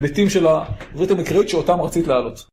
של העברית המקראית שאותם רצית להעלות.